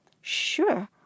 sure